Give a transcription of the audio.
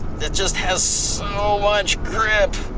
that just has so much grip.